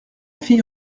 fille